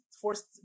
forced